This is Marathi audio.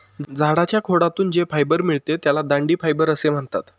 झाडाच्या खोडातून जे फायबर मिळते त्याला दांडी फायबर म्हणतात